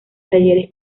talleres